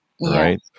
right